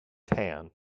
tan